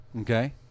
okay